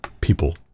people